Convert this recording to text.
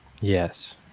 Yes